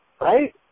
Right